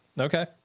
Okay